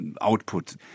output